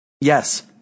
Yes